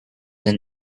than